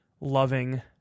loving